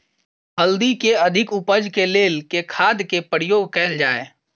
हल्दी केँ अधिक उपज केँ लेल केँ खाद केँ प्रयोग कैल जाय?